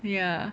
ya